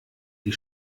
die